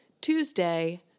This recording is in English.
Tuesday